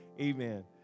Amen